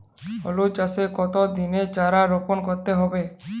হলুদ চাষে কত দিনের চারা রোপন করতে হবে?